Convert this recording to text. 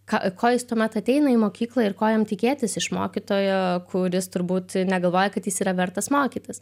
ką ko jis tuomet ateina į mokyklą ir ko jam tikėtis iš mokytojo kuris turbūt negalvoja kad jis yra vertas mokytis